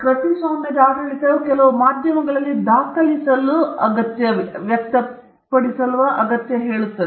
ಕೃತಿಸ್ವಾಮ್ಯದ ಆಡಳಿತವು ಕೆಲವು ಮಾಧ್ಯಮಗಳಲ್ಲಿ ದಾಖಲಿಸಲು ಅಥವಾ ವ್ಯಕ್ತಪಡಿಸಬೇಕಾಗಿದೆ